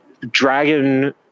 dragon